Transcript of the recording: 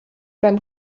beim